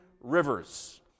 rivers